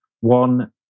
one